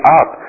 up